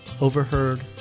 Overheard